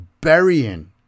burying